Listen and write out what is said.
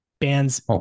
Bands